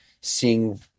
seeing